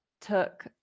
took